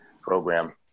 program